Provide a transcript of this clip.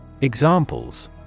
Examples